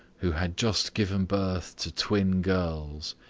who had just given birth to twin girls.